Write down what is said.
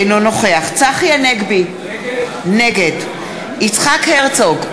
אינו נוכח צחי הנגבי, נגד יצחק הרצוג,